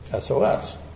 SOS